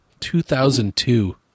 2002